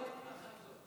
עד חצות.